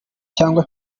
cyangwa